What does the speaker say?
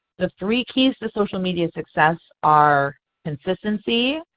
the three keys to social media success are consistently,